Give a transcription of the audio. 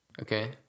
okay